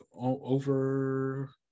over